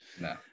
No